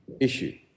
issue